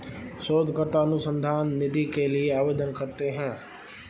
शोधकर्ता अनुसंधान निधि के लिए आवेदन करते हैं